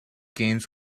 games